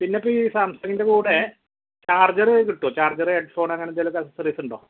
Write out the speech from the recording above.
പിന്നെ ഇപ്പം ഈ സാംസങ്ങിൻ്റെ കൂടെ ചാർജറ് കിട്ടുവോ ചാർജറ് ഹെഡ്ഫോണ് അങ്ങനെന്തേലും സ സർവീസുണ്ടോ